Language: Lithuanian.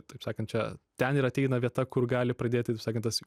taip sakant čia ten ir ateina vieta kur gali pradėti psakant tas